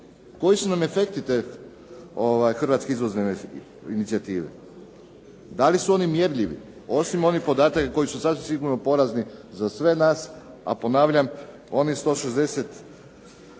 Koji su nam efekti te hrvatske izvozne inicijative? Da li su oni mjerljivi? Osim onim onih podataka koji su sasvim sigurno porazni za sve nas, a ponavljam onih 160